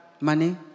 Money